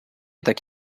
tak